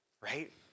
right